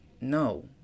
No